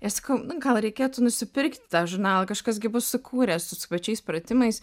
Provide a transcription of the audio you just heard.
ir sakau nu gal reikėtų nusipirkti tą žurnalą kažkas gi bus sukūręs su tais pačiais pratimais